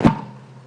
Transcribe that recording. ליושבת ראש